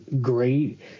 great